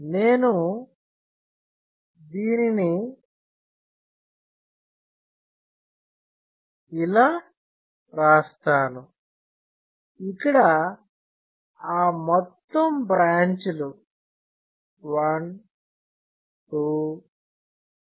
నేను దీనిని ఇలా రాస్తాను ఇక్కడ ఆ మొత్తం బ్రాంచ్ లు 1 2 3